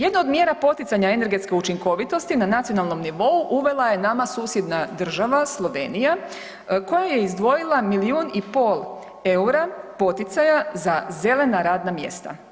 Jedna od mjera poticanja energetske učinkovitosti na nacionalnom nivou uvela je nama susjedna država Slovenija, koja je izdvojila milijun i pol eura poticaja za zelena radna mjesta.